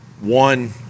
one